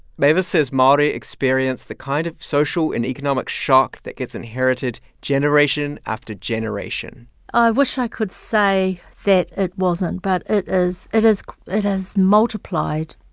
mavis says maori experience the kind of social and economic shock that gets inherited generation after generation i wish i could say that it wasn't, but it is. it has it has multiplied.